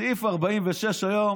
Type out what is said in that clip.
סעיף 46 היום